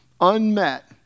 Unmet